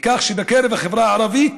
כך שבקרב החברה הערבית